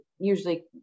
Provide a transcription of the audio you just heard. usually